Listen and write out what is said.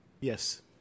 Yes